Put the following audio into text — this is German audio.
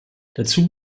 dazu